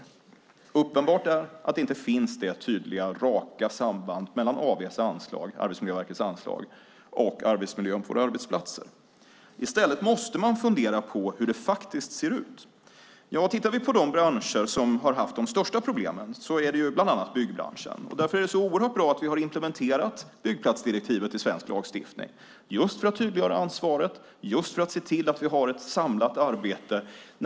Det är uppenbart att inte finns något tydligt rakt samband mellan Arbetsmiljöverkets anslag och arbetsmiljön på våra arbetsplatser. I stället måste man fundera på hur det faktiskt ser ut. Om vi tittar på de branscher som har haft de största problemen ser vi att det bland andra är byggbranschen. Därför är det så oerhört bra att vi har implementerat byggplatsdirektivet i svensk lagstiftning just för att tydliggöra ansvaret och just för att se till att vi har ett samlat arbete.